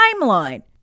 timeline